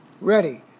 ready